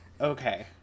Okay